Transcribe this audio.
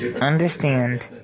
Understand